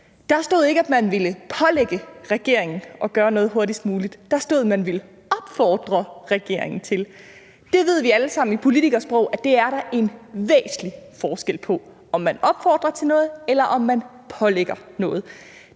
Der stod ikke, at man ville pålægge regeringen at gøre noget hurtigst muligt, men der stod, at man ville opfordre regeringen til det. Der ved vi alle sammen, at der i politikersprog er en væsentlig forskel på, om man opfordrer til noget, eller om man pålægger noget.